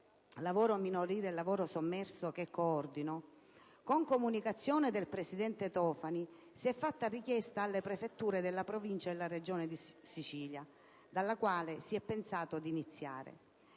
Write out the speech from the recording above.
lavoro minorile e il lavoro sommerso che coordino, con comunicazione del presidente Tofani, si è fatta richiesta alle prefetture delle Province della Regione Sicilia - dalla quale si è pensato di iniziare